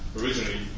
originally